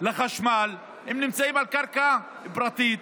לחשמל נמצאים על קרקע פרטית,